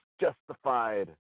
justified